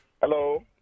hello